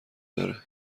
داره